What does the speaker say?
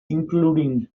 including